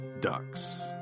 Ducks